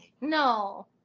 no